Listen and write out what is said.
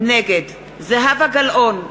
נגד זהבה גלאון,